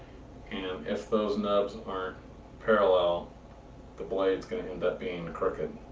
and if those nubs aren't parallel the blades going to end up being crooked.